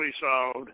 solved